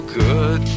good